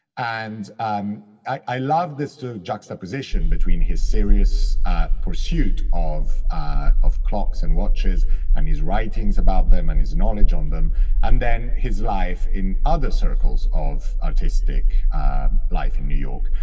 and um i love this juxtaposition between his serious pursuit of of clocks and watches and his writings about them and his knowledge on them and then his life in other circles of artistic life in new york.